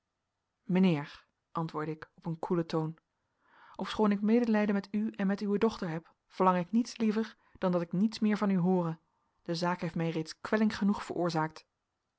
mijnheer antwoordde ik op een koelen toon ofschoon ik medelijden met u en met uwe dochter heb verlang ik niets liever dan dat ik niets meer van u hoore de zaak heeft mij reeds kwelling genoeg veroorzaakt